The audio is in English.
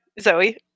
Zoe